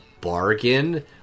bargain